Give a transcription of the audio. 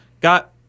got